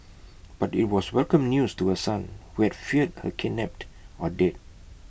but IT was welcome news to her son who had feared her kidnapped or dead